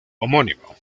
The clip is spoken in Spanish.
homónimo